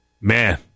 man